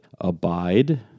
abide